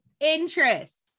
interests